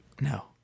No